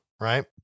Right